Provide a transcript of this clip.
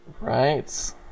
right